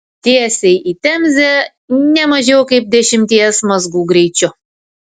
tiesiai į temzę ne mažiau kaip dešimties mazgų greičiu